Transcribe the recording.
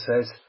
says